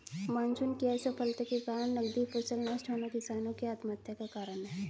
monsoon की असफलता के कारण नकदी फसल नष्ट होना किसानो की आत्महत्या का कारण है